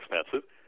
expensive